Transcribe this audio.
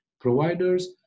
providers